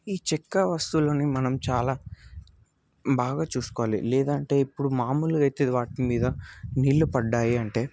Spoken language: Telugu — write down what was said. ఈ చెక్క వస్తువులని మనం చాలా బాగా చూసుకోవాలి లేదంటే ఇప్పుడు మామూలుగా అయితే వాటి మీద నీళ్ళు పడ్డాయి అంటే